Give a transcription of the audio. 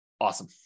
Awesome